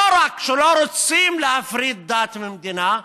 לא רק שלא רוצים להפריד דת ממדינה,